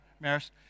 Maris